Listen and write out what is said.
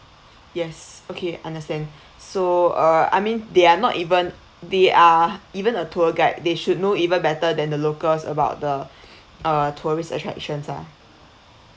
yes okay understand so uh I mean they are not even they are even a tour guide they should know even better than the locals about the uh tourist attractions ah